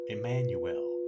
Emmanuel